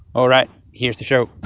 all right, here's the show